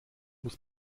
muss